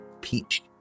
peach